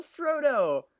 Frodo